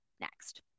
next